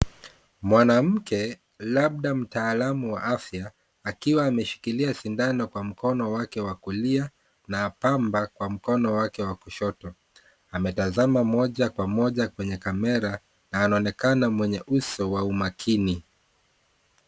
Mwanamke labda mtaalamu wa afya akiwa ameshikilia sindano kwa mkono wake wa kulia na pamba kwa mkono wake wa kushoto. Ametazama moja kwa moja kwenye kamera na anaonekana mwenye uso wa umakini.